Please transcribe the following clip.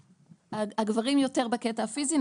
הגברים יותר בקטע הפיזי,